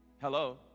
Hello